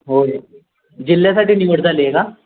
हो जिल्ह्यासाठी निवड झाली आहे का